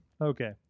Okay